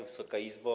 Wysoka Izbo!